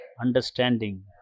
understanding